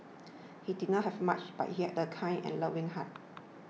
he did not have much but he had a kind and loving heart